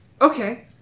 Okay